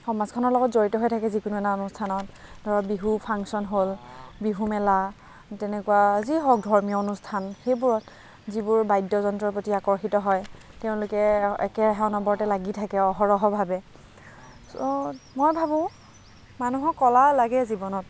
সমাজখনৰ লগত জড়িত হয় থাকে যিকোনো এটা অনুষ্ঠানত ধৰক বিহু ফাংচন হ'ল বিহু মেলা তেনেকুৱা যি হওক ধৰ্মীয় অনুষ্ঠান সেইবোৰত যিবোৰ বাদ্যযন্ত্ৰৰ প্ৰতি আকৰ্ষিত হয় তেওঁলোকে একেৰাহে অনবৰতে লাগি থাকে অহৰহ ভাৱে চ' মই ভাৱোঁ মানুহক কলা লাগে জীৱনত